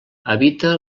habita